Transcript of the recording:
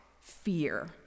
fear